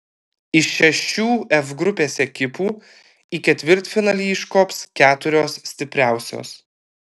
iš šešių f grupės ekipų į ketvirtfinalį iškops keturios stipriausios